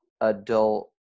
adult